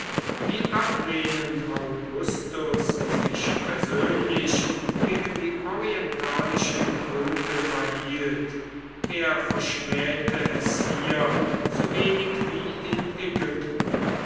wie ablehnend augustus sich persönlich gegen die orientalischen kulte verhielt er verschmähte es hier sowenig wie in ägypten